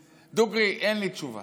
דוגרי, אין לי תשובה.